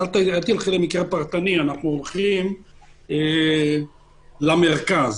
אנחנו הולכים למרכז